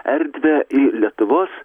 erdvę į lietuvos